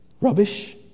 Rubbish